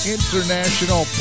International